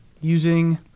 using